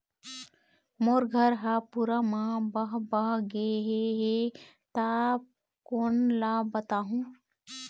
मोर घर हा पूरा मा बह बह गे हे हे ता कोन ला बताहुं?